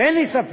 ואין לי ספק